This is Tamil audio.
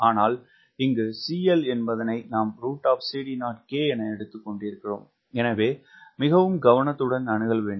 ஆனால் இங்கு CL என்பதனை நாம் CD0K என எடுத்திருக்கிறோம் எனவே மிகவும் கவனத்துடன் அணுகல் வேண்டும்